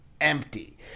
empty